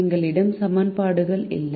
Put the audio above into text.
எங்களிடம் சமன்பாடுகள் இல்லை